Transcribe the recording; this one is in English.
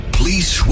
please